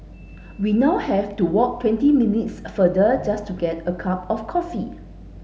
we now have to walk twenty minutes further just to get a cup of coffee